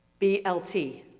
BLT